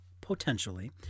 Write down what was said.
potentially